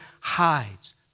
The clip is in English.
hides